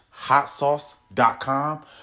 HotSauce.com